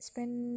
Spend